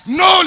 no